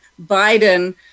Biden